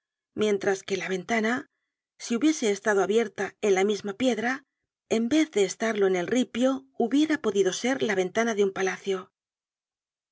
mientras que la ventana si hubiese estado abierta en la misma piedra en vez de estarlo en el ripio hubiera podido ser la ventana de un palacio